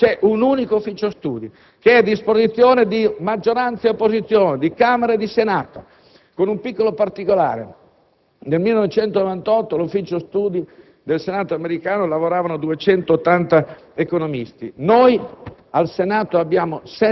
Nel Congresso americano c'è un unico Ufficio studi che è a disposizione di maggioranza e opposizione, di Camera e di Senato. C'è però un piccolo particolare: nel 1998 nell'Ufficio studi del Senato americano lavoravano 280 economisti; noi